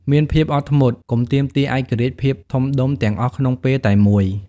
មានភាពអត់ធ្មត់ កុំទាមទារឯករាជ្យភាពធំដុំទាំងអស់ក្នុងពេលតែមួយ។